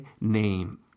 name